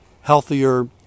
healthier